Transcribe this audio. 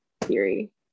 theory